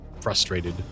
frustrated